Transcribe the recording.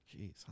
Jeez